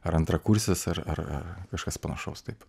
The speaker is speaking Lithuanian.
ar antrakursis ar kažkas panašaus taip